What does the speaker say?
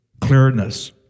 clearness